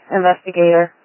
investigator